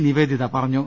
നിവേദിത പറഞ്ഞു